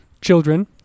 children